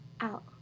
out